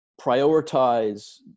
prioritize